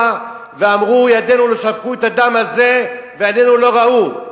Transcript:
ואמרו ידינו לא שפכו את הדם הזה ועינינו לא ראו.